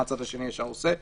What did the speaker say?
מה הצד השני ישר עושה?